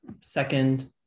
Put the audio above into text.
second